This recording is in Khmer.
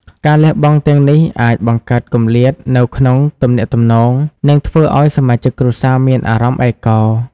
ការលះបង់ទាំងនេះអាចបង្កើតគម្លាតនៅក្នុងទំនាក់ទំនង និងធ្វើឱ្យសមាជិកគ្រួសារមានអារម្មណ៍ឯកោ។